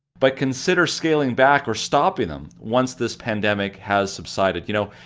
but consider scaling back or stopping them once this pandemic has subsided. you know,